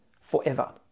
forever